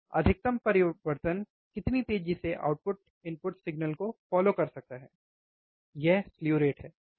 अधिकतम परिवर्तन कितनी तेजी से आउटपुट इनपुट सिग्नल को फ़ौलो कर सकता है यह स्लु रेट है है ना